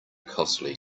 costly